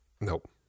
Nope